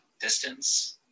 distance